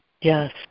Yes